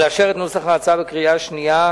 ולאשר את הצעת החוק בקריאה השנייה